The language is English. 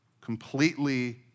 completely